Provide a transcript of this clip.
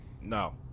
No